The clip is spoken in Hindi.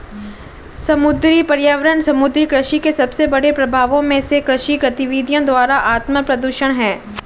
समुद्री पर्यावरण समुद्री कृषि के सबसे बड़े प्रभावों में से कृषि गतिविधियों द्वारा आत्मप्रदूषण है